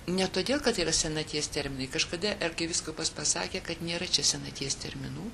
ne todėl kad yra senaties terminai kažkada arkivyskupas pasakė kad nėra čia senaties terminų